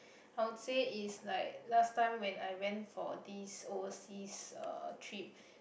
I would say is like last time when I went for this overseas uh trip